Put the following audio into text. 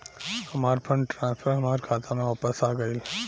हमार fund transfer हमार खाता में वापस आ गइल